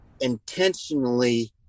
intentionally